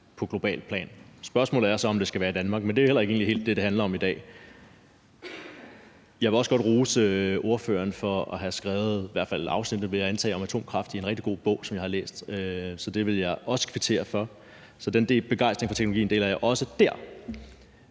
på globalt plan. Spørgsmålet er så, om det skal være i Danmark, men det er jo egentlig heller ikke det, det handler om i dag. Jeg vil også godt rose ordføreren for at have skrevet i hvert fald afsnittet, vil jeg antage, om atomkraft i en rigtig god bog, som jeg har læst. Så det vil jeg også kvittere for. Så den begejstring for teknologien deler jeg også der.